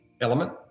element